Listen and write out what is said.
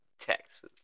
Texas